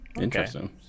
Interesting